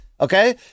okay